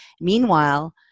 Meanwhile